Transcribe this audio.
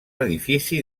edifici